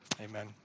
Amen